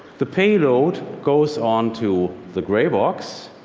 the payload goes onto the gray box,